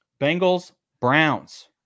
Bengals-Browns